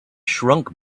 shrunk